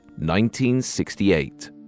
1968